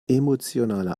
emotionale